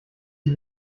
die